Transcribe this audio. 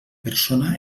persona